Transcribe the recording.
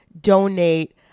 donate